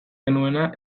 genuena